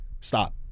Stop